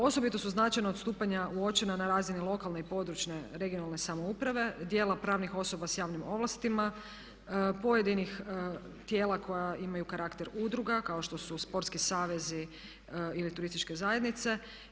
Osobito su značajna odstupanja uočena na razini lokalne i područne (regionalne) samouprave, dijela pravnih osoba sa javnim ovlastima, pojedinih tijela koja imaju karakter udruga kao što su sportski savezi ili turističke zajednice.